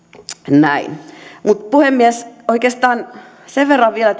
näin mutta puhemies oikeastaan sen verran vielä